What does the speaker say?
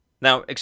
now